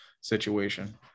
situation